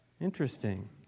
Interesting